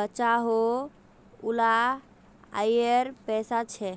बचोहो उला आएर पैसा छे